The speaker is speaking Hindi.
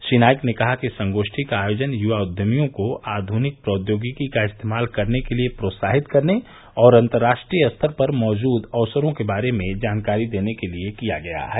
श्री नाइक ने कहा कि इस संगोप्ठी का आयोजन युवा उद्यमियों को आधुनिक प्रौद्योगिकी का इस्तेमाल करने के लिए प्रोत्साहित करने और अंतर्राष्ट्रीय स्तर पर मौजूद अवसरों के बारे में जानकारी देने के लिए किया गया है